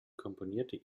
komponierte